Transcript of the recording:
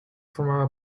formaba